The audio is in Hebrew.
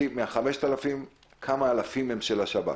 מה-5,000 כמה אלפים הם של השב"כ.